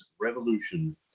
Revolution